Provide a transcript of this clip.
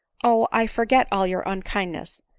oh! i forget all your unkindness,